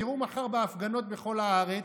תראו מחר בהפגנות בכל הארץ,